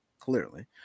clearly